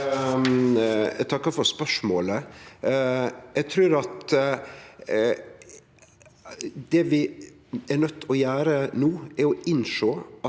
Eg takkar for spørsmålet. Eg trur at det vi er nøydde til å gjere no, er å innsjå